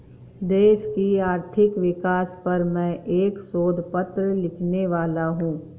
देश की आर्थिक विकास पर मैं एक शोध पत्र लिखने वाला हूँ